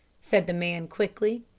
said the man quickly.